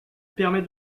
permet